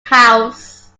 house